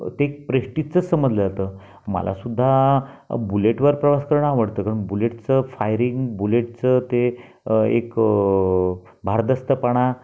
ते प्रेस्टिजचं समजलं जातं मला सुद्धा बुलेटवर प्रवास करणं आवडतं कारण बुलेटचं फायरिंग बुलेटचं ते एक भारदस्तपणा